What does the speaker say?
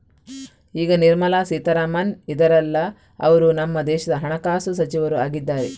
ಈಗ ನಿರ್ಮಲಾ ಸೀತಾರಾಮನ್ ಇದಾರಲ್ಲ ಅವ್ರು ನಮ್ಮ ದೇಶದ ಹಣಕಾಸು ಸಚಿವರು ಆಗಿದ್ದಾರೆ